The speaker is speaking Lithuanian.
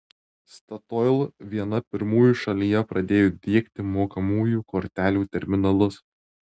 statoil viena pirmųjų šalyje pradėjo diegti mokamųjų kortelių terminalus